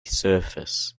surface